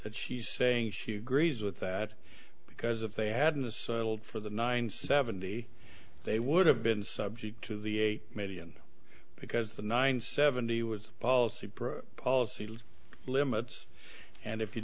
that she's saying she agrees with that because if they hadn't for the nine seventy they would have been subject to the eight million because the nine seventy was policy policy limits and if you